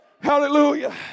hallelujah